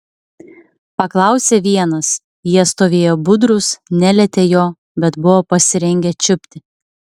paklausė vienas jie stovėjo budrūs nelietė jo bet buvo pasirengę čiupti